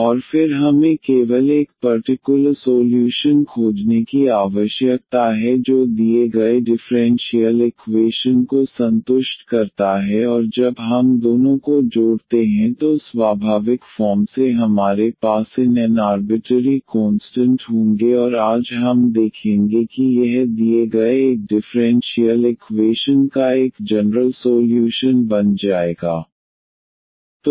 और फिर हमें केवल एक पर्टिकुलर सोल्यूशन खोजने की आवश्यकता है जो दिए गए डिफ़्रेंशियल इकवेशन को संतुष्ट करता है और जब हम दोनों को जोड़ते हैं तो स्वाभाविक फॉर्म से हमारे पास इन n आर्बिटरी कोंस्टंट होंगे और आज हम देखेंगे कि यह दिए गए एक डिफ़्रेंशियल इकवेशन का एक जनरल सोल्यूशन बन जाएगा